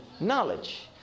Knowledge